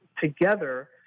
together